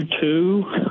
two